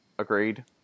Agreed